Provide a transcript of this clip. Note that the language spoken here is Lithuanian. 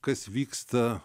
kas vyksta